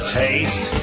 taste